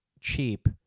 cheap